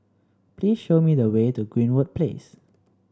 please show me the way to Greenwood Place